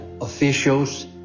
officials